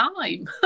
time